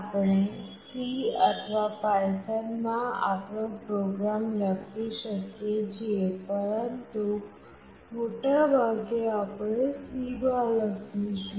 આપણે C અથવા python માં આપણો પ્રોગ્રામ લખી શકીએ છીએ પરંતુ મોટાભાગે આપણે C માં લખીશું